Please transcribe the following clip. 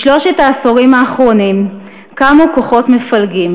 בשלושת העשורים האחרונים קמו כוחות מפלגים.